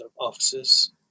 offices